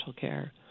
care